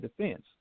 defense